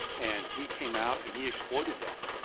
and he came out and he exploited that.